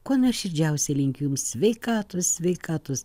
kuo nuoširdžiausiai linkiu jums sveikatos sveikatos